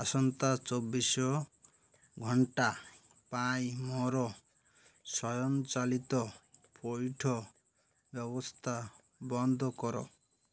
ଆସନ୍ତା ଚବିଶ ଘଣ୍ଟା ପାଇଁ ମୋର ସ୍ଵୟଂଚାଳିତ ପଇଠ ବ୍ୟବସ୍ଥା ବନ୍ଦ କର